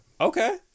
Okay